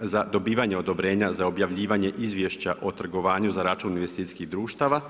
za dobivanje odobrenja za objavljivanje izvješća o trgovanju za račun investicijskih društava.